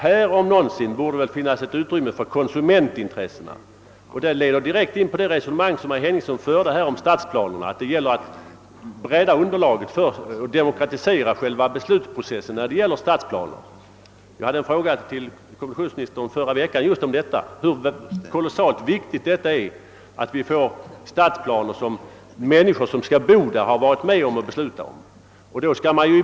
Här om någonsin borde det finnas utrymme för konsumentintressena. Detta leder direkt in på det resonemang som herr Henningsson förde om stadsplanerna, nämligen att det gäller att bredda underlaget för och att demokratisera beslutsprocessen beträffande stadsplanerna. Under förra veckan diskuterades i denna kammare en fråga till kommunikationsministern om vikten av att de människor, som skall bo i de aktuella områdena, får vara med om att besluta om stadsplanerna.